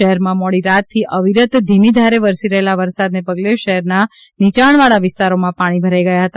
શહેરમાં મોડી રાતથી અવિરત ધીમી ધારે વરસી રહેલા વરસાદને પગલે શહેરના નિચાણવાળા વિસ્તારોમાં પાણી ભરાઇ ગયા હતા